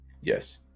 Yes